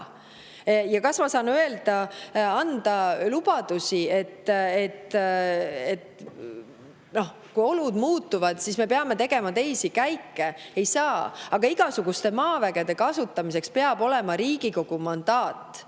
saa. Kas ma saan öelda või anda lubadusi, et kui olud muutuvad, siis me peame tegema teisi käike? Ei saa. Aga igasuguseks maavägede kasutamiseks peab olema Riigikogu mandaat.